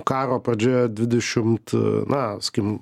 karo pradžioje dvidešimt na sakykim